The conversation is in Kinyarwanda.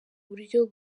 buryo